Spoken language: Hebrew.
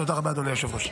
תודה רבה, אדוני היושב-ראש.